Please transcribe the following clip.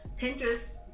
Pinterest